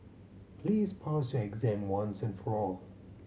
please pass your exam once and for all